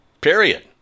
Period